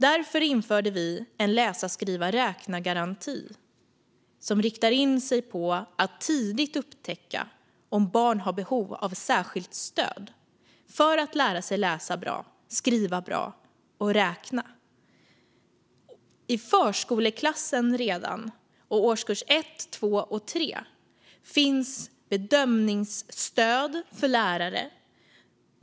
Därför införde vi en läsa-skriva-räkna-garanti som riktar in sig på att tidigt upptäcka om barn har behov av särskilt stöd för att lära sig att läsa, skriva och räkna bra. Redan i förskoleklassen, och i årskurserna 1, 2 och 3, finns bedömningsstöd för lärare.